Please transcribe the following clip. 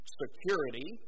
security